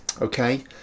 okay